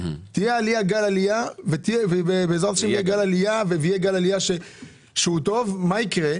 יהיה גל עלייה ויהיה גל עלייה שהוא טוב, ומה יקרה?